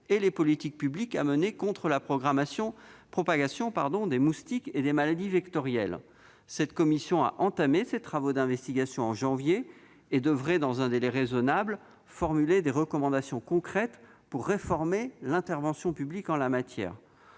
et les politiques publiques à mener contre la propagation des moustiques Aedes et des maladies vectorielles. Cette commission a entamé ses travaux d'investigation en janvier dernier et devrait, dans un délai raisonnable, formuler des recommandations concrètes pour réformer l'intervention publique en la matière.